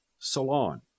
Salon